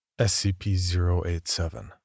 SCP-087